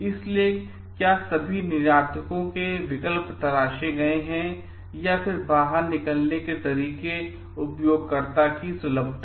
इसलिए क्या सभी निर्यातों के विकल्प तलाशे गए हैं फिर बाहर निकलने के तरीके उपयोगकर्ता की सुलभता